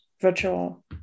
virtual